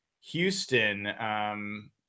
Houston